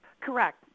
Correct